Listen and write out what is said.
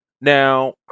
Now